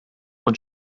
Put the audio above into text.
und